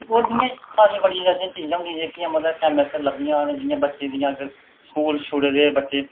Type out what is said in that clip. और इ'यां सारियां बड़ियां सारियां चीजां होंदियां इ'यां मतलब टैमै सिर लब्भी जान बच्चें दी अगर स्कूल छोड़े दे बच्चे